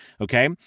Okay